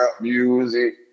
music